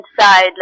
side